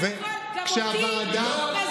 לא אמרה עליה כלום.